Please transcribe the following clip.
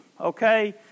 Okay